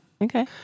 Okay